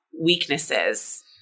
weaknesses